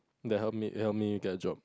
they help me help me get job